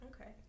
Okay